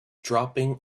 dropping